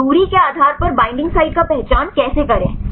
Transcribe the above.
तो दूरी के आधार पर बईंडिंग साइट की पहचान कैसे करें